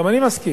גם אני מסכים,